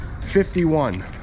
51